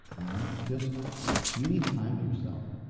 you know? just you need time to yourself.